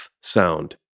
sound